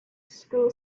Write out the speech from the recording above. school